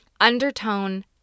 undertone